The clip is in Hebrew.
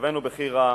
מצבנו בכי רע